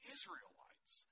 Israelites